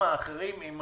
הן